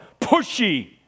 pushy